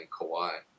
Kawhi